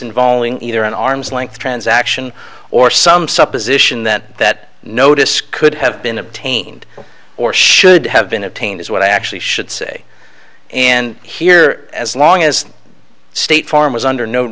involving either an arm's length transaction or some supposition that that notice could have been obtained or should have been obtained is what i actually should say and here as long as the state farm is under no